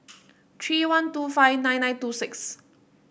three one two five nine nine two six